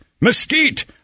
mesquite